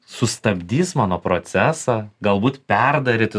sustabdys mano procesą galbūt perdaryti